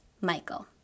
Michael